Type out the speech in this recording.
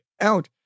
out